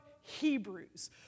Hebrews